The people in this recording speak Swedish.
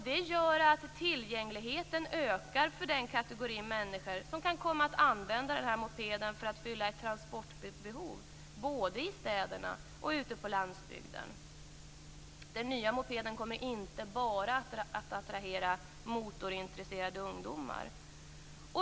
Det gör att tillgängligheten ökar för den kategori människor som kan komma att använda denna moped för att fylla ett transportbehov, både i städerna och ute på landsbygden. Den nya mopeden kommer inte bara att attrahera motorintresserade ungdomar.